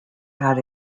had